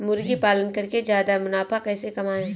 मुर्गी पालन करके ज्यादा मुनाफा कैसे कमाएँ?